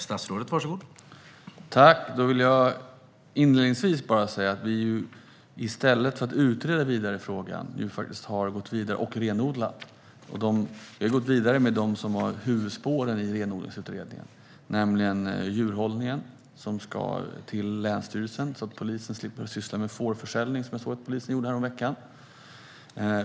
Herr talman! Inledningsvis vill jag säga att vi i stället för att utreda frågan vidare har renodlat huvudspåren i renodlingsutredningen, nämligen djurhållningen som ska flyttas till länsstyrelsen, så att polisen slipper att syssla med fårförsäljning, som jag läste att polisen gjorde häromveckan.